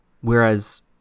Whereas